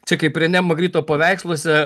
čia kaip rene magrito paveiksluose